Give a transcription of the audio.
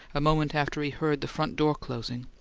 a moment after he heard the front door closing,